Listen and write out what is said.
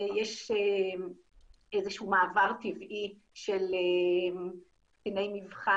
יש איזה שהוא מעבר טבעי של קציני מבחן,